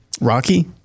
Rocky